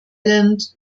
island